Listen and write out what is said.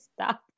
stop